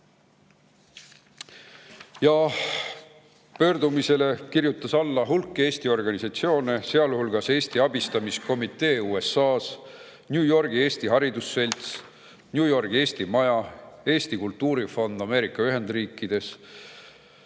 Pöördumisele kirjutas alla hulk Eesti organisatsioone, sealhulgas Eesti Abistamiskomitee USA‑s, New Yorgi Eesti Haridusselts, New Yorgi Eesti Maja, Eesti Kultuurifond Ameerika Ühendriikides,